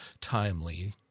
timely